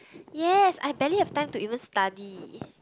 yes I barely have time to even study